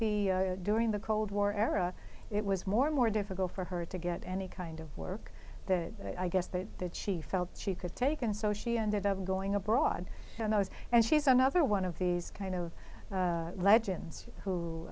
the during the cold war era it was more and more difficult for her to get any kind of work that i guess that that she felt she could take and so she ended up going abroad and i was and she's another one of these kind of legends who